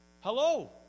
hello